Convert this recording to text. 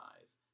eyes